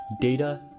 data